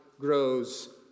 grows